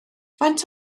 faint